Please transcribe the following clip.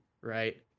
right